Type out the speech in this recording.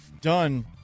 done